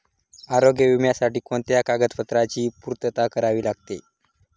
आरोग्य विम्यासाठी कोणत्या कागदपत्रांची पूर्तता करावी लागते?